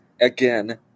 Again